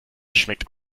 schmeckt